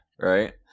right